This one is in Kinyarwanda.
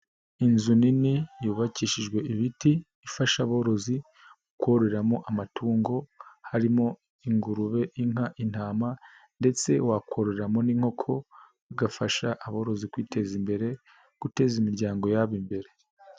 Inzu nini yubakushijwe ibiti ifasha aborozi kororeramo amatungo harimo: ingurube, inka, intama ndetse wakororeramo n'inkoko, bigafasha aborozi kwiteza imbere, guteza imiryango yabo imbere.